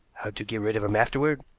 how to get rid of him afterward?